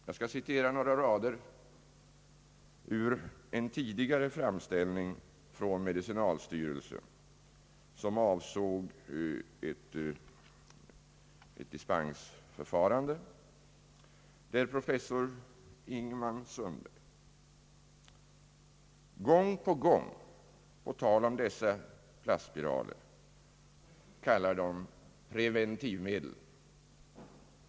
Jag skall återge några rader ur en tidigare framställning från medicinalstyrelsen som avsåg ett dispensförfarande, där professor Ingelman-Sundberg gång på gång på tal om dessa plastspiraler kallar dem preventivmedel.